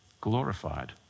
glorified